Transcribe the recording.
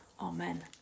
Amen